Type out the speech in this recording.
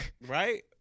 Right